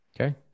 Okay